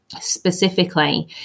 specifically